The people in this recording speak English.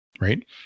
Right